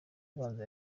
ibanza